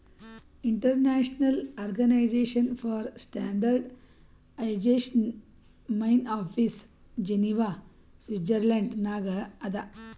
international organization for standardization main office Geneva Switzerland ನಾಗ್ ಅದಾ